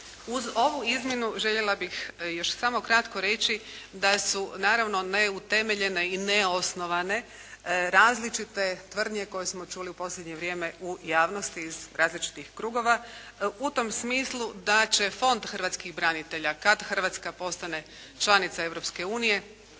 Uz ovu izmjenu željela bih još samo kratko reći da su naravno neutemeljene i neosnovane različite tvrdnje koje smo čuli u posljednje vrijeme u javnosti iz različitih krugova u tom smislu da će Fond hrvatskih branitelja kad Hrvatska postane članica